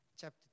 chapter